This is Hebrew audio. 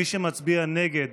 מי שמצביע נגד